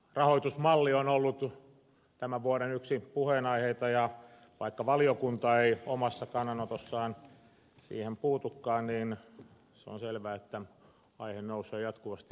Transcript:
rahoitusmalli on ollut yksi tämän vuoden puheenaiheita ja vaikka valiokunta ei omassa kannanotossaan siihen puutukaan niin se on selvää että aihe nousee jatkuvasti esille